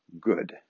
good